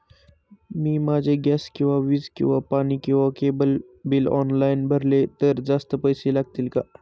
मी माझे गॅस किंवा वीज किंवा पाणी किंवा केबल बिल ऑनलाईन भरले तर जास्त पैसे लागतील का?